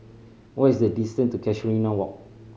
what is the distance to Casuarina Walk